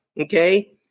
Okay